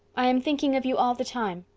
i am thinking of you all the time.